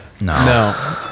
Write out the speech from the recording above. no